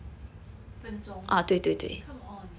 分钟 come on